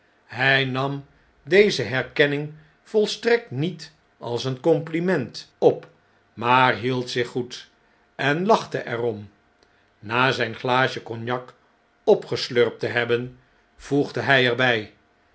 hij nam deze herkenning volstrekt niet als een compliment op maar hield zich goed en lachte er om na zp glaasje cognac opgeslurpt te hebben voegde hij er